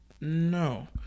no